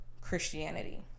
Christianity